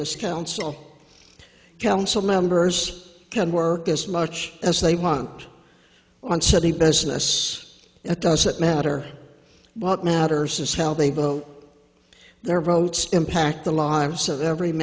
this council council members can work as much as they want on city business it doesn't matter what matters is how they vote their votes impact the lives of every